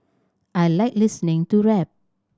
I like listening to rap